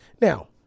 Now